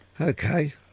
Okay